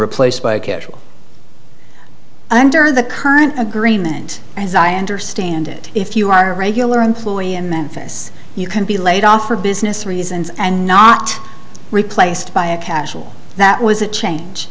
replaced by a casual under the current agreement as i understand it if you are a regular employee in memphis you can be laid off for business reasons and not replaced by a casual that was a change